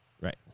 Right